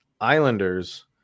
Islanders